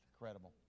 Incredible